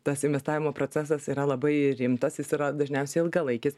tas investavimo procesas yra labai rimtas jis yra dažniausiai ilgalaikis